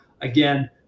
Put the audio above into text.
again